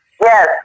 Yes